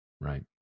Right